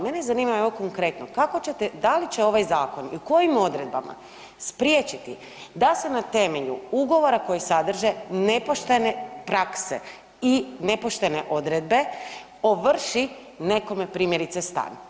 Mene zanima evo konkretno kako ćete, da li će ovaj zakon i u kojim odredbama spriječiti da se na temelju Ugovora koje sadrže nepoštene prakse i nepoštene odredbe ovrši nekome primjerice stan?